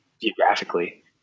geographically